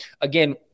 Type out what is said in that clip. again